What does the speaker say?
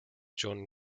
john